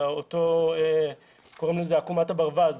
מה שנקרא עקומת הברווז,